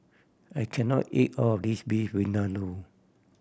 I can not eat all of this Beef Vindaloo